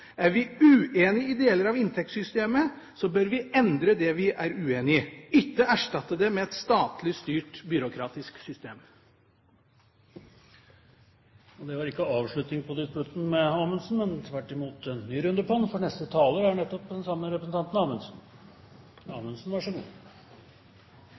Er vi uenig i deler av inntektssystemet, bør vi endre det vi er uenig i, ikke erstatte det med et statlig styrt, byråkratisk system. Det var ikke avslutningen på disputten med Amundsen, men tvert imot en ny runde med ham, for neste taler er nettopp den samme representant Amundsen.